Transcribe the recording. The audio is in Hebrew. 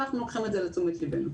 אבל אנחנו לוקחים את זה לתשומת ליבנו.